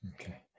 okay